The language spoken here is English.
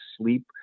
sleep